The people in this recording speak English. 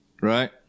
right